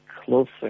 Closer